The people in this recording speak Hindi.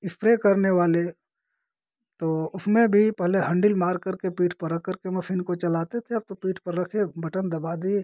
इस्प्रे करने वाले तो उसमें भी पहले हंडिल मारकर के पीठ पर रख कर के मसीन को चलाते थे अब तो पीठ पर रखे बटन दबा दिए